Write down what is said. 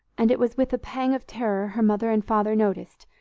and it was with a pang of terror her mother and father noticed,